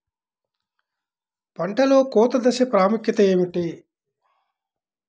పంటలో కోత దశ ప్రాముఖ్యత ఏమిటి?